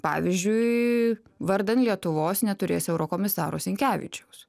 pavyzdžiui vardan lietuvos neturės eurokomisaro sinkevičius